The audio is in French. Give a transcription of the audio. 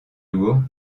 lourd